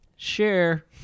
Share